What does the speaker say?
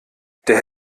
der